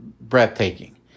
breathtaking